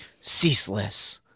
ceaseless